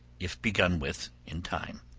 if begun with in time.